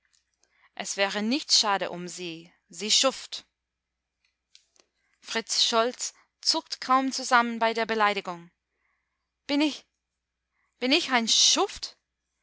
es wäre nicht schade um sie sie schuft fritz scholz zuckt kaum zusammen bei der beleidigung bin ich bin ich ein schuft